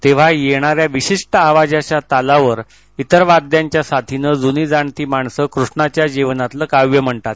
तेव्हा येणार्या विशिष्ट आवाजाच्या तालावर इतर वाद्यांच्या साथीनं ज्नीजाणती माणसं कृष्णाच्या जीवनातलं काव्य म्हणतात